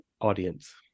audience